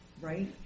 right